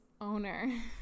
owner